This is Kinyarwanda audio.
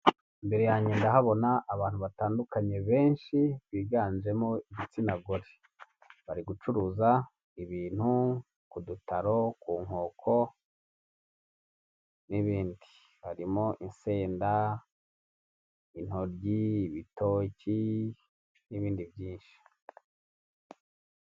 Imbere yanjye ndahabona abantu batandukanye benshi biganjemo igitsina gore, bari gucuruza ibintu ku dutaro, ku nkoko, n'ibindi harimo insenda, intoryi, ibitojyi n'ibindi byinshi.